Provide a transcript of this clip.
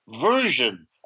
version